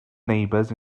neighbours